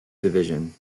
division